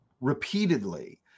repeatedly